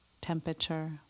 temperature